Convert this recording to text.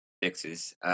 Fixes